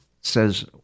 says